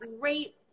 great